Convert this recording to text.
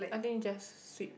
I think just sweep